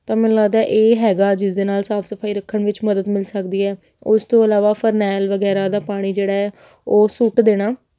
ਤਾਂ ਮੈਨੂੰ ਲੱਗਦਾ ਇਹ ਹੈਗਾ ਜਿਸ ਦੇ ਨਾਲ ਸਾਫ ਸਫਾਈ ਰੱਖਣ ਵਿੱਚ ਮਦਦ ਮਿਲ ਸਕਦੀ ਹੈ ਉਸ ਤੋਂ ਇਲਾਵਾ ਫਰਨੈਲ ਵਗੈਰਾ ਦਾ ਪਾਣੀ ਜਿਹੜਾ ਹੈ ਉਹ ਸੂਟ ਦੇਣਾ